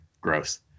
gross